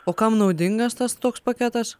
o kam naudingas tas toks paketas